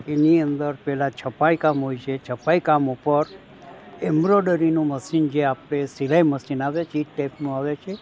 એની અંદર પહેલા છપાઈ કામ હોય છે છપાઈ કામ ઉપર એમ્બ્રોડરીનું મસીન જે આપણે સિલાઈ મસીન આવે છે એ જ ટાઈપનું આવે છે